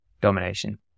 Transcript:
domination